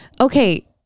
okay